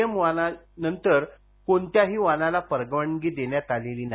M वाणा नंतर कोणत्याही वाणाला परवानगी देण्यात आलेली नाही